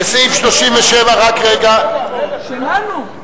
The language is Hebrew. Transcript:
לסעיף 37, רק רגע, שלנו.